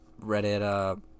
Reddit